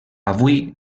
avui